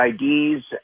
IDs